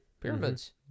pyramids